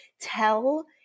tell